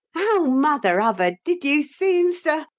oh, mother ubbard! did you see him, sir?